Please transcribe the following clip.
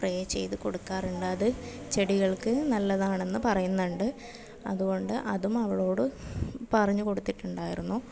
spray ചെയ്തു കൊടുക്കാറുണ്ട് അത് ചെടികൾക്ക് നല്ലതാണെന്ന് പറയുന്നുണ്ട് അതുകൊണ്ട് അതും അവളോട് പറഞ്ഞുകൊടുത്തിട്ടുണ്ടായിരുന്നു